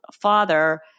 father